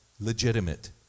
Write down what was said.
legitimate